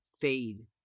fade